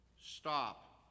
stop